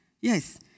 yes